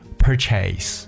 PURCHASE